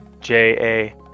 j-a-